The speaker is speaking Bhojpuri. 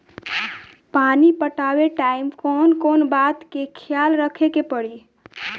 पानी पटावे टाइम कौन कौन बात के ख्याल रखे के पड़ी?